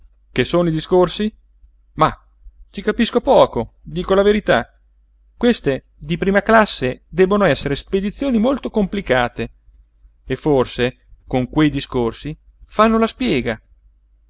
che sono i discorsi mah ci capisco poco dico la verità queste di prima classe debbono essere spedizioni molto complicate e forse con quei discorsi fanno la spiega